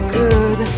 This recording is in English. good